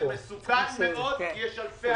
זה מסוכן מאוד, כי אם לא,